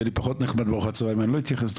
יהיה לי פחות נחמד בארוחת הצהריים אם אני לא אתייחס.